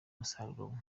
musaruro